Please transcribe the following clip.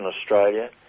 Australia